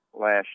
last